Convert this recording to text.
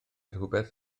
rhywbeth